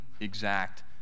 exact